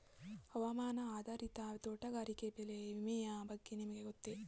ಹವಾಮಾನ ಆಧಾರಿತ ತೋಟಗಾರಿಕೆ ಬೆಳೆ ವಿಮೆಯ ಬಗ್ಗೆ ನಿಮಗೆ ಗೊತ್ತೇ?